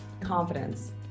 confidence